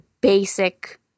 basic